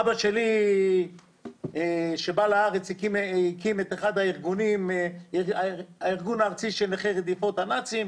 אבא שלי שבא לארץ הקים את הארגון הארצי של נכי רדיפות הנאצים,